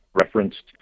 referenced